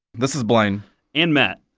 this is blaine and matt.